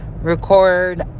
record